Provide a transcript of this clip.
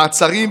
מעצרים,